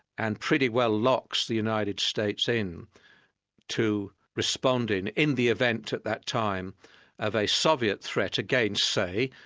and pretty well locks the united states in to responding in the event at that time of a soviet threat against, say,